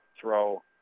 throw